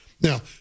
Now